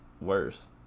worse